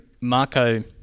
Marco